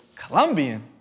Colombian